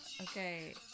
Okay